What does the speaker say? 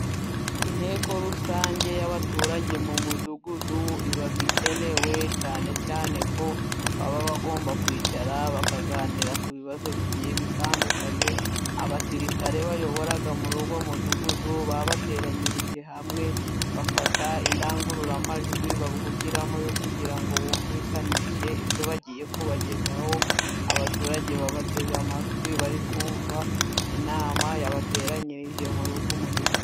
Inteko rusange y'abaturage mu mudugudu iba ikenewe, cyane cyane ko baba bagomba kwicara ,bakaganira ku bibazo bitandukanye .Abasirikare bayobora muri uwo mudugudu babateranyirije hamwe ,bafata indangururamajwi bavugiramo ,kugira ngo bumvikanishe ibyo bagiye kubagezaho, abaturage babateze amatwi bari kumva inama yabateranyirije muri uyu mudugudu.